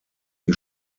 die